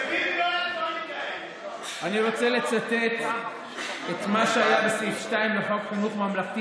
אני רוצה לצטט את מה שהיה בסעיף 2 לחוק חינוך ממלכתי,